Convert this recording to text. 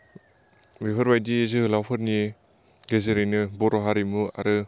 बेफोरबादि जोहोलावफोरनि गेजेरैनो बर' हारिमु आरो